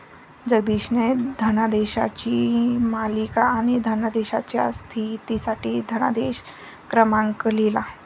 जगदीशने धनादेशांची मालिका आणि धनादेशाच्या स्थितीसाठी धनादेश क्रमांक लिहिला